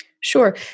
Sure